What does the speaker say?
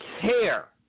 care